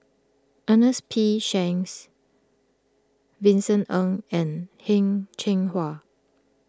Ernest P Shanks Vincent Ng and Heng Cheng Hwa